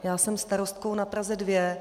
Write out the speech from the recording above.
Já jsem starostkou na Praze 2.